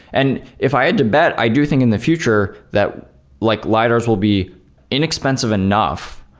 and if i had to bet, i do think in the future that like lidars will be inexpensive enough,